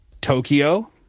Tokyo